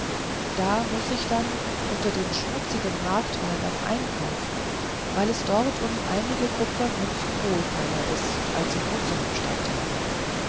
da muß ich dann unter den schmutzigen marktweibern einkaufen weil es dort um einige kupfermünzen wohlfeiler ist als in unserem stadtteil